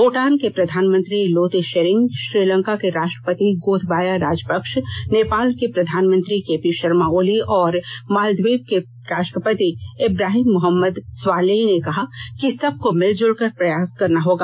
भुटान के प्रधानमंत्री लोते शेरिंग श्रीलंका के राष्ट्रपति गोथबाया राजपक्ष नेपाल के प्रधानमंत्री केपी शर्मो ओली और मालद्वीव के राष्ट्रपति इब्राहिम मोहम्मद स्वालेह ने कहा कि सबको मिलजुल कर प्रयास करना होगा